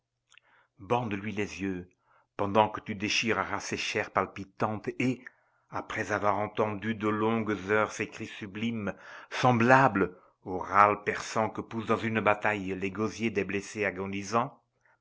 bande lui les yeux pendant que tu déchireras ses chairs palpitantes et après avoir entendu de longues heures ses cris sublimes semblables aux râles perçants que poussent dans une bataille les gosiers des blessés agonisants